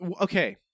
Okay